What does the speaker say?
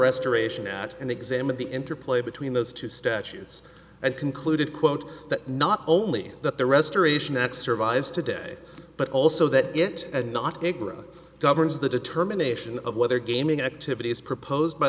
restoration act and examine the interplay between those two statutes and concluded quote that not only that the restoration act survives today but also that it had not governs the determination of whether gaming activity is proposed by